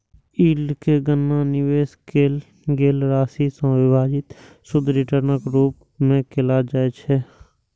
yield के गणना निवेश कैल गेल राशि सं विभाजित शुद्ध रिटर्नक रूप मे कैल जाइ छै